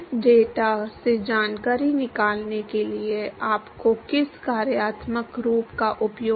यह ऐसा है जैसे आप जानते हैं कि एक तरल पदार्थ डालने के लिए एक प्लेट रखें इसे मापें इसे एक और तरल पदार्थ डालें तापमान को मापें यह बहुत उबाऊ चीजें हैं